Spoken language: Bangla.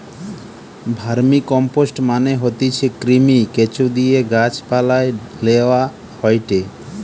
ভার্মিকম্পোস্ট মানে হতিছে কৃমি, কেঁচোদিয়ে গাছ পালায় লেওয়া হয়টে